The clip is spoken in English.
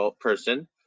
person